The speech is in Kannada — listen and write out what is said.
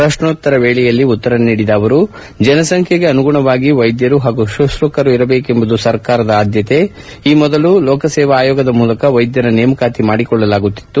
ಪ್ರಶ್ನೋತ್ತರ ವೇಳೆಯಲ್ಲಿ ಉತ್ತರ ನೀಡಿದ ಅವರು ಜನಸಂಖ್ಯೆಗೆ ಅನುಗುಣವಾಗಿ ವೈದ್ಯರು ಹಾಗೂ ಶುಶ್ರೂಷಕರು ಇರಬೇಕೆಂಬುದು ಸರ್ಕಾರದ ಆದ್ದತೆಯಾಗಿದೆ ಈ ಮೊದಲು ಲೋಕಸೇವಾ ಆಯೋಗದ ಮೂಲಕ ವೈದ್ಧರ ನೇಮಕಾತಿ ಮಾಡಿಕೊಳ್ಳಲಾಗುತ್ತಿತ್ತು